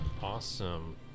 Awesome